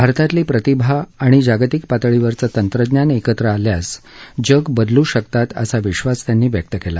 भारतातली प्रतिभा आणि जागतिक पातळीवरचं तंत्रज्ञान एकत्र आल्यास जग बदलू शकतात असा विश्वास त्यांनी व्यक्त केला